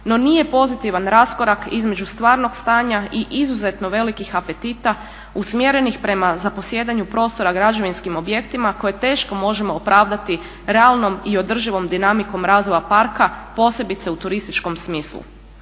no nije pozitivan raskorak između stvarnog stanja i izuzetno velikih apetita usmjerenih prema zaposjedanju prostora građevinskim objektima koje teško možemo opravdati realnom i održivom dinamikom razvoja parka, posebice u turističkom smislu.